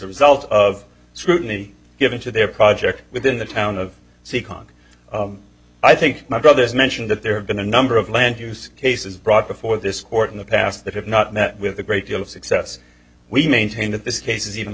result of scrutiny given to their project within the town of seekonk i think my brothers mention that there have been a number of land use cases brought before this court in the past that have not met with a great deal of success we maintain that this case is even